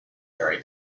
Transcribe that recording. very